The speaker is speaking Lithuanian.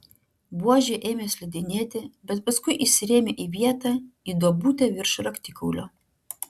buožė ėmė slidinėti bet paskui įsirėmė į vietą į duobutę virš raktikaulio